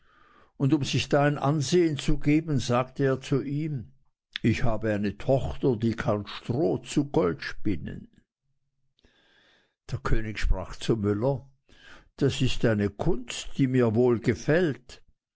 und um sich ein ansehen zu geben sagte er zu ihm ich habe eine tochter die kann stroh zu gold spinnen der könig sprach zum müller das ist eine kunst die mir wohl gefällt